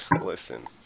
Listen